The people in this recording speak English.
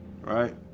Right